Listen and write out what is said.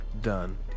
Done